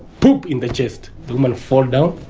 in the chest. the woman fall down.